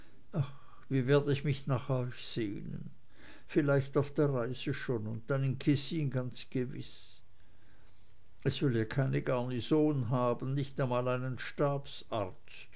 wie werd ich mich nach euch sehnen vielleicht auf der reise schon und dann in kessin ganz gewiß es soll ja keine garnison haben nicht einmal einen